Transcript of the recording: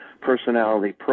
personality